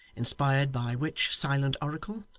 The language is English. inspired by which silent oracle,